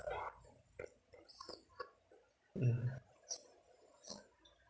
mm